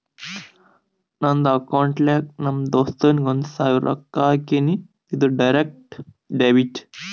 ನಂದ್ ಅಕೌಂಟ್ಲೆ ನಮ್ ದೋಸ್ತುಗ್ ಒಂದ್ ಸಾವಿರ ರೊಕ್ಕಾ ಹಾಕಿನಿ, ಇದು ಡೈರೆಕ್ಟ್ ಡೆಬಿಟ್